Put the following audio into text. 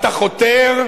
אתה חותר,